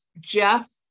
Jeff